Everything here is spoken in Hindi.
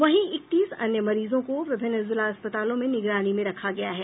वहीं इकतीस अन्य मरीजों को विभिन्न जिला अस्पतालों में निगरानी में रखा गया है